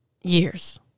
Years